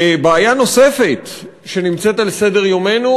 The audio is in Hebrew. בעיה נוספת שנמצאת על סדר-יומנו,